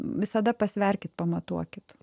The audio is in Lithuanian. visada pasverkit pamatuokit